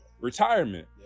retirement